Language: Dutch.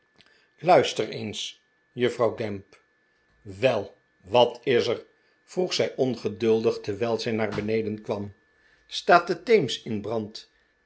luister eens juffrouw gamp wel wat is er vroeg zij ongeduldig terwijl zij naar beneden kwam staat de theems in brand